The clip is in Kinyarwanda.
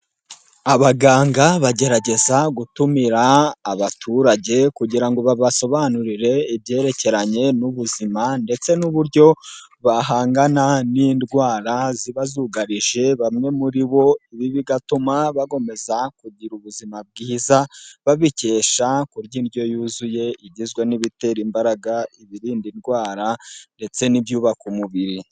Abaganga bagerageza gutumira abaturage kugira ngo babasobanurire ibyerekeranye n'ubuzima ndetse n'uburyo bahangana n'indwara ziba zugarije bamwe muri bo, ibi bigatuma bakomeza kugira ubuzima bwiza babikesha kurya indyo yuzuye igizwe n'ibitera imbaraga, ibirinda indwara ndetse n'ibyubaka umubiri.